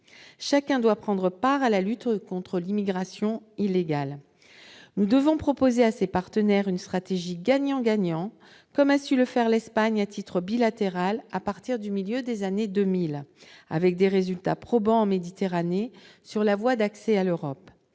Chacun doit prendre part à la lutte contre l'immigration illégale. Nous devons proposer à ces partenaires une stratégie gagnant-gagnant, comme a su le faire l'Espagne à titre bilatéral à partir du milieu des années 2000, avec des résultats probants en Méditerranée sur la voie d'accès à l'Europe.